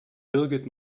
birgit